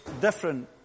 different